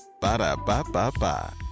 Ba-da-ba-ba-ba